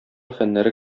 фәннәре